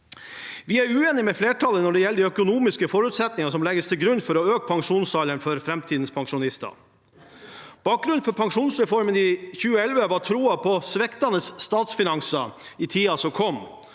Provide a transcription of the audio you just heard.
Vi er uenig med flertallet når det gjelder de økonomiske forutsetningene som legges til grunn for å øke pensjonsalderen for framtidens pensjonister. Bakgrunnen for pensjonsreformen i 2011 var troen på sviktende statsfinanser i tiden som kom,